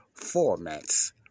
formats